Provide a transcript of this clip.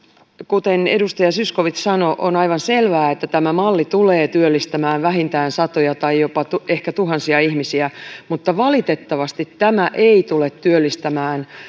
kuten edustaja zyskowicz sanoi on aivan selvää että tämä malli tulee työllistämään vähintään satoja tai ehkä jopa tuhansia ihmisiä mutta valitettavasti tämä ei tule työllistämään